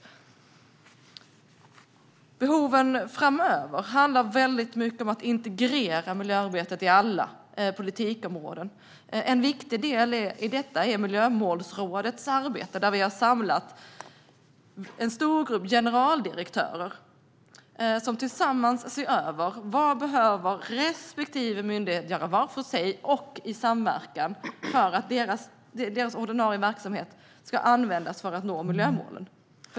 Behoven framöver handlar mycket om att integrera miljöarbetet på alla politikområden. En viktig del i detta är Miljömålsrådets arbete, där vi har samlat en stor grupp generaldirektörer som tillsammans ser över vad respektive myndighet behöver göra var för sig och i samverkan för att deras ordinarie verksamheter ska användas för att vi ska nå miljömålen.